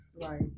Right